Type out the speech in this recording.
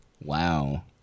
wow